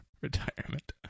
retirement